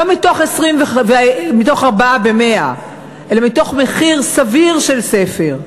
לא מתוך "4 ב-100" אלא מתוך מחיר סביר של ספר.